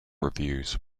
reviews